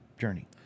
Journey